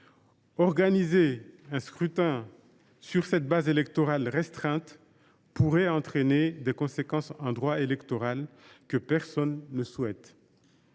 Organiser un scrutin sur cette base électorale restreinte pourrait entraîner des conséquences en droit électoral que personne ne souhaite.